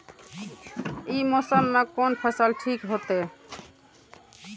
ई मौसम में कोन फसल ठीक होते?